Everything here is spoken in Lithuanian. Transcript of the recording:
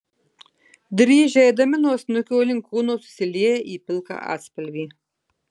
dryžiai eidami nuo snukio link kūno susilieja į pilką atspalvį